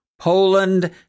Poland